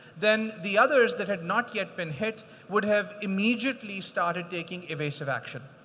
then the others that had not yet been hit would have immediately started taking evasive action.